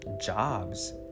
jobs